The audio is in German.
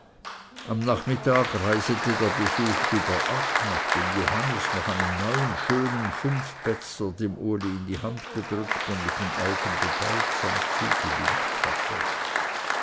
im nachmittag reisete der besuch wieder ab nachdem johannes noch einen neuen schönen fünfbätzler dem uli in die hand gedrückt und mit den augen bedeutsam zugewinkt hatte